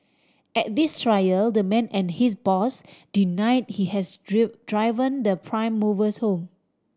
at this trial the man and his boss deny he has driven the prime movers home